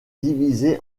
divisée